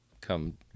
come